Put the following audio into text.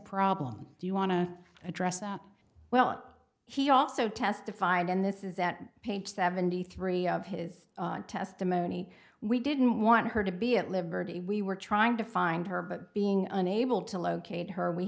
problem do you want to address up well he also testified in this is that page seventy three of his testimony we didn't want her to be at liberty we were trying to find her but being unable to locate her we